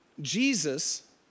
Jesus